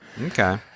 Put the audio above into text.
Okay